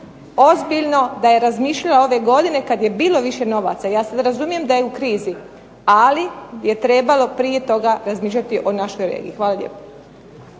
ozbiljno da je razmišljala ove godine kad je bilo više novaca. Ja sad razumijem da je u krizi, ali je trebalo prije toga razmišljati o našoj regiji. Hvala lijepo.